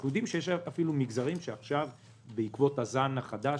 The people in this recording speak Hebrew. אנחנו יודעים שיש אפילו מגזרים שבעקבות הזן החדש,